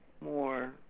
more